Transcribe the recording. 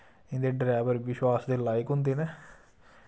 इं'दे ड्रैवर विशवास दे लायक होंदे न